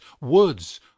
woods